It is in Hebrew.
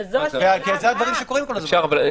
אלה הדברים שקורים כל הזמן.